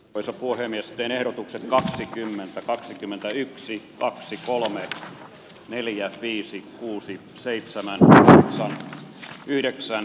osa poromiesten ehdotukset kahtakymmentä kaksikymmentäyksi kaksi kolme neljä viisi kuusi seitsemän r neljä yhdeksän